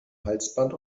halsband